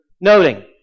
noting